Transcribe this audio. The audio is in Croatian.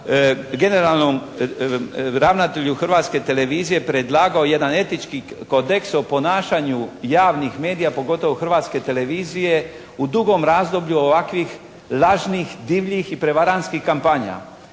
generalnom ravnatelju Hrvatske televizije predlagao jedan etički kodeks o ponašanju javnih medija, pogotovo Hrvatske televizije u dugom razdoblju ovakvih lažnih, divljih i prevarantskih kampanja.